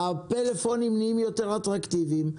הפלאפונים נהיים יותר אטרקטיביים,